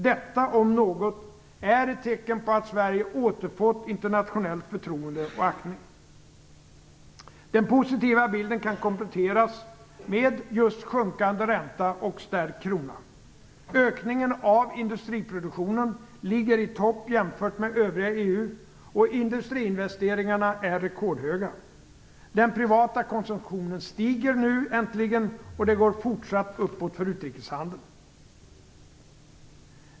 Detta om något är ett tecken på att Sverige återfått internationellt förtroende och aktning. Den positiva bilden kan kompletteras med just sjunkande ränta och stärkt krona. Ökningen av industriproduktionen ligger i topp jämfört med övriga länder i EU. Industriinvesteringarna är rekordhöga. Den privata konsumtionen stiger nu äntligen, och det går fortsatt uppåt för utrikeshandeln.